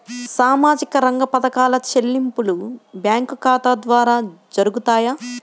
సామాజిక రంగ పథకాల చెల్లింపులు బ్యాంకు ఖాతా ద్వార జరుగుతాయా?